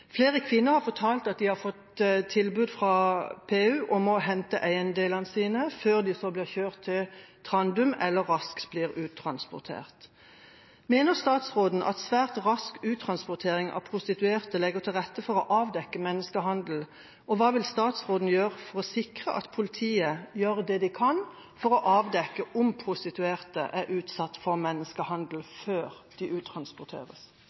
Flere kvinner har fortalt at de har fått tilbud fra PU om å hente eiendelene sine, før de så blir kjørt til Trandum eller raskt blir uttransportert. Mener statsråden at svært rask uttransportering av prostituerte legger til rette for å avdekke menneskehandel, og hva vil statsråden gjøre for å sikre at politiet gjør det de kan for å avdekke om prostituerte er utsatt for menneskehandel, før de uttransporteres?